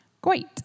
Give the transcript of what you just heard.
Great